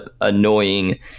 annoying